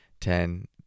ten